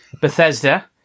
Bethesda